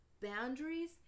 Boundaries